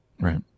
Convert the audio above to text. Right